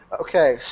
Okay